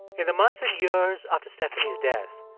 in the months and years after stephanie's death,